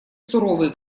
суровый